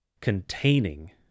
containing